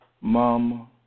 Mom